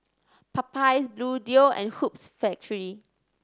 Popeyes Bluedio and Hoops Factory